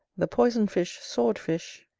the poison-fish, sword-fish,